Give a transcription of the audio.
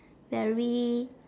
very